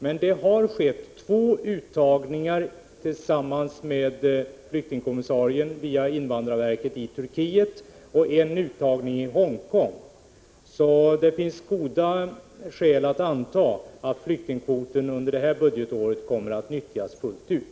Men det har skett två uttagningar tillsammans med flyktingkommissarien via invandrarverket, nämligen i Turkiet och i Hongkong. Det finns goda skäl att anta att flyktingkvoten under detta budgetår kommer att utnyttjas fullt ut.